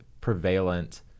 prevalent